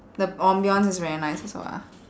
the ambience is very nice also ah